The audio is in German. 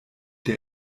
der